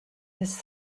his